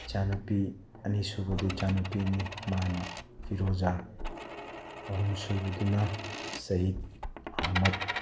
ꯏꯆꯥꯅꯨꯄꯤ ꯑꯅꯤꯁꯨꯕꯗꯣ ꯏꯆꯥ ꯅꯨꯄꯤꯅꯤ ꯃꯥꯅ ꯐꯤꯔꯣꯖꯥ ꯑꯍꯨꯝ ꯁꯨꯕꯗꯨꯅ ꯁꯍꯤꯠ ꯑꯍꯥꯃꯠ